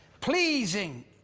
pleasing